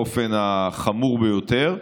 באופן החמור ביותר.